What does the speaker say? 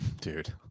Dude